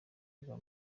iba